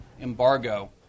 embargo